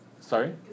Sorry